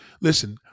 Listen